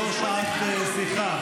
זו לא שעת שיחה,